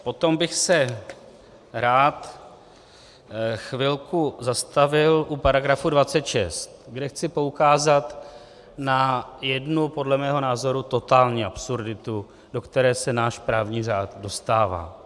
Potom bych se rád chvilku zastavil u § 26, kde chci poukázat na jednu podle mého názoru totální absurditu, do které se náš právní řád dostává.